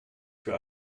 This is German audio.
für